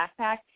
backpack